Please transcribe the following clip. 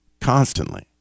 constantly